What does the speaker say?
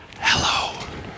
hello